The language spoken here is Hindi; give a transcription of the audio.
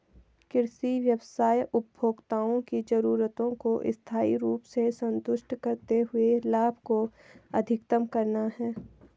कृषि व्यवसाय उपभोक्ताओं की जरूरतों को स्थायी रूप से संतुष्ट करते हुए लाभ को अधिकतम करना है